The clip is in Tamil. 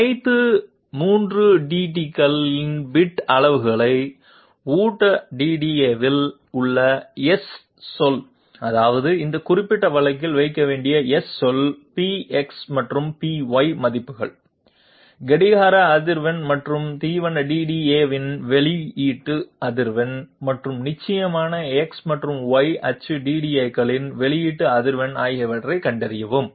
அனைத்து 3 DDAக்களின் பிட் அளவுகளையும் ஊட்ட DDA வில் உள்ள S சொல் அதாவது இந்த குறிப்பிட்ட வழக்கில் வைக்க வேண்டிய எஸ் சொல் Px மற்றும் Py மதிப்புகள் கடிகார அதிர்வெண் மற்றும் தீவன DDA வின் வெளியீட்டு அதிர்வெண் மற்றும் நிச்சயமாக எக்ஸ் மற்றும் ஒய் அச்சு DDAக்களின் வெளியீட்டு அதிர்வெண் ஆகியவற்றைக் கண்டறியவும்